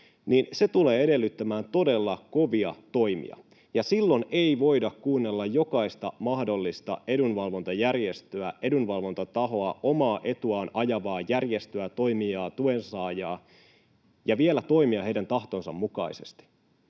niin se tulee edellyttämään todella kovia toimia. Ja silloin ei voida kuunnella jokaista mahdollista edunvalvontajärjestöä, edunvalvontatahoa, omaa etuaan ajavaa järjestöä, toimijaa, tuensaajaa ja vielä toimia heidän tahtonsa mukaisesti,